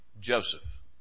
Joseph